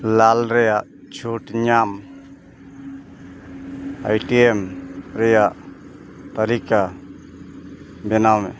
ᱞᱟᱞ ᱨᱮᱭᱟᱜ ᱪᱷᱩᱴ ᱧᱟᱢ ᱟᱭᱴᱮᱢ ᱨᱮᱭᱟᱜ ᱛᱟᱹᱞᱤᱠᱟ ᱵᱮᱱᱟᱣ ᱢᱮ